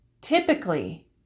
typically